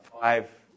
five